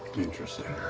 interesting.